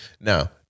Now